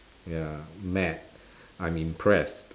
ya mad I'm impressed